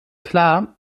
klar